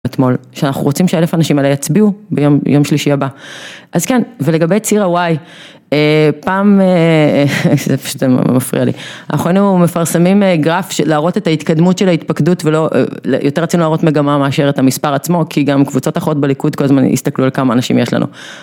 אתמול, שאנחנו רוצים שאלף אנשים עליי יצביעו ביום שלישי הבא, אז כן ולגבי ציר הוואי, פעם, זה פשוט מפריע לי, אנחנו היינו מפרסמים גרף להראות את ההתקדמות של ההתפקדות ויותר רצינו להראות מגמה מאשר את המספר עצמו כי גם קבוצות אחות בליכוד כל הזמן הסתכלו על כמה אנשים יש לנו.